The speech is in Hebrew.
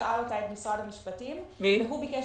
זה נושא